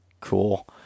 Cool